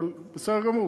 אבל בסדר גמור,